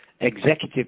executive